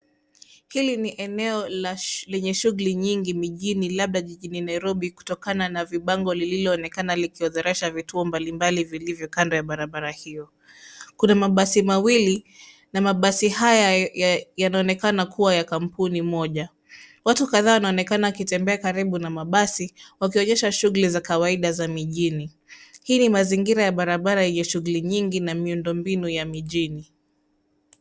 Hili ni eneo la lenye shughuli nyingi mijini, labda jijini Nairobi kutokana na vibango lililoonekana likiorodhesha vituo mbali mbali vilivyo kando ya barabara hio. Kuna mabasi mawili na mabasi haya yanaonekana kuwa ya kampuni moja. Watu kadhaa wanaonekana wakitembea karibu na mabasi, wakionyesha shughuli za kawaida za mijini. Hii ni mazingira ya barabara ya shughuli nyingi na miundo mbinu ya mijini.